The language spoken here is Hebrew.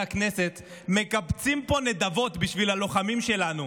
הכנסת מקבצים פה נדבות בשביל הלוחמים שלנו,